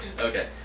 Okay